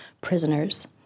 prisoners